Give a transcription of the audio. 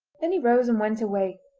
then he rose and went away,